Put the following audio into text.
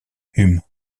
hume